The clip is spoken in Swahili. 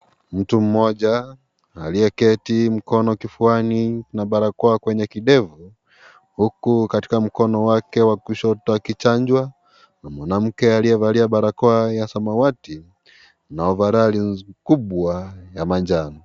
Mtu mmoja, aliyeketi mkono kifuani na barakoa kwenye kidevu, huku katika mkono wake wa kushoto akichanjwa na mwanamke aliyevalia barakoa ya samawati na ovaroli kubwa ya manjano.